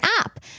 app